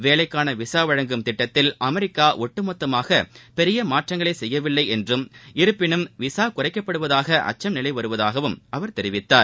வேலைக்கான விசா வழங்கும் திட்டத்தில் அமெரிக்கா ஒட்டு மொத்தமாக பெரிய மாற்றங்களை செய்யவில்லை என்றும் இருப்பினும் விசா குறைக்கப்படுவதாக அச்சம் நிலவி வருவதாகவும் அவர் தெரிவித்தார்